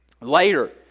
Later